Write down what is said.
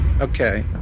okay